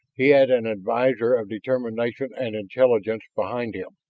he had an advisor of determination and intelligence behind him.